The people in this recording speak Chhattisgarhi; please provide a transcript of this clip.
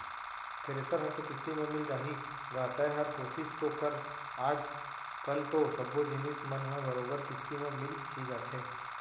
थेरेसर हर तो किस्ती म मिल जाही गा तैंहर कोसिस तो कर आज कल तो सब्बो जिनिस मन ह बरोबर किस्ती म मिल ही जाथे